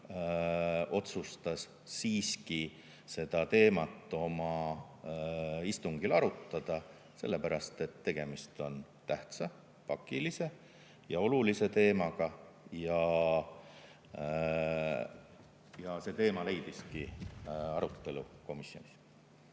otsustas seda teemat siiski oma istungil arutada, sellepärast et tegemist on tähtsa, pakilise ja olulise teemaga, ja see teema leidiski komisjonis